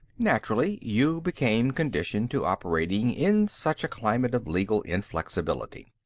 naturally, you became conditioned to operating in such a climate of legal inflexibility.